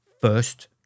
first